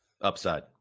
Upside